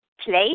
place